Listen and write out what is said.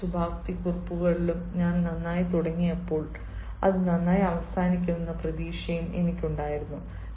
എല്ലാ ശുഭാപ്തി കുറിപ്പുകളിലും ഞാൻ നന്നായി തുടങ്ങിയപ്പോൾ അത് നന്നായി അവസാനിക്കുമെന്ന പ്രതീക്ഷയും എനിക്കുണ്ടായിരുന്നു